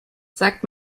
sagt